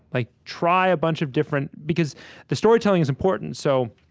like try a bunch of different because the storytelling is important. so,